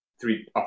three